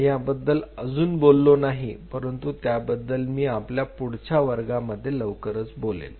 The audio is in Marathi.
मी याबद्दल अजून बोललो नाही परंतु याबद्दल मी आपल्या पुढील वर्गामध्ये लवकरच बोलेल